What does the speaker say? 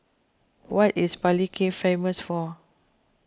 what is Palikir famous for